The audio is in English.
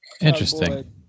Interesting